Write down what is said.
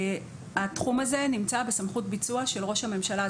התחום הזה נמצא בסמכות ביצוע של ראש הממשלה.